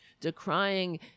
decrying